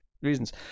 reasons